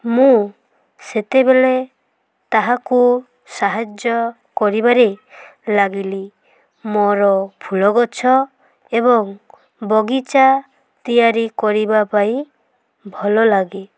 ମୁଁ ସେତେବେଳେ ତାହାକୁ ସାହାଯ୍ୟ କରିବାରେ ଲାଗିଲି ମୋର ଫୁଲ ଗଛ ଏବଂ ବଗିଚା ତିଆରି କରିବା ପାଇଁ ଭଲ ଲାଗେ